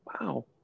Wow